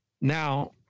Now